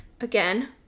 Again